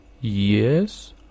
Yes